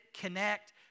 connect